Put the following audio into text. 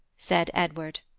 said edward.